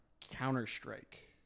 Counter-Strike